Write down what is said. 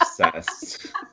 obsessed